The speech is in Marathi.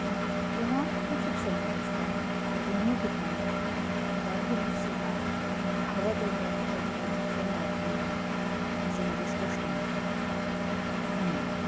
मग किंवा मग शिक्षणव्यवस्था आहे या दोन्ही ठिकाणी मराठी भाषेला म्हणजे हवं तेवढं प्रतिनिधित्व मिळत नाही आहे असं माझं स्पष्ट मत आहे धन्यवाद